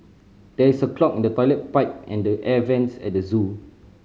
there is a clog in the toilet pipe and the air vents at the zoo